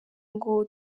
ngo